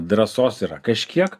drąsos yra kažkiek